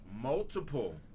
multiple